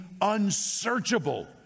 unsearchable